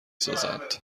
سازند